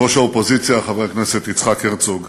ראש האופוזיציה חבר הכנסת יצחק הרצוג,